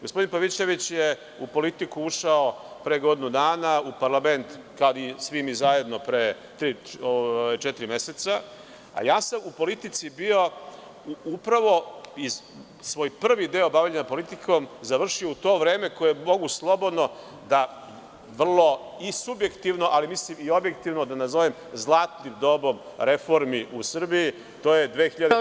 Gospodin Pavićević je u politiku ušao pre godinu dana, u parlament kad i mi svi zajedno pre četiri meseca, a ja sam u politici bio upravo, svoj prvi deo bavljenja politikom završio u to vreme koje mogu slobodno da vrlo i subjektivno, ali mislim i objektivno da nazovem zlatnim dobom reformi u Srbiji, to je 2001, 2002. i 2003. godina.